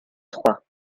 trois